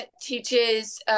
teaches